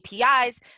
APIs